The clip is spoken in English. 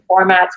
formats